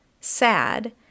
sad